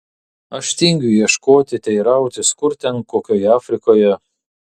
aš tingiu ieškoti teirautis kur ten kokioje afrikoje